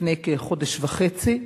לפני כחודש וחצי.